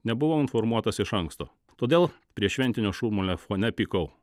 nebuvau informuotas iš anksto todėl prieššventinio šurmulio fone pykau